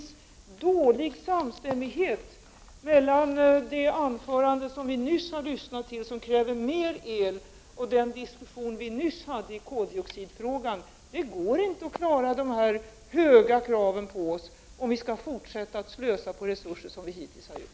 Samstämmigheten mellan det anförande som vi nyss har lyssnat till, i vilket det krävs mer el, och den diskussion som vi nyss hade i koldioxidfrågan är dålig. Det går inte att klara de höga krav som ställs på oss, om vi skall fortsätta att slösa på resurserna på det sätt som vi hittills har gjort.